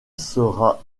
sera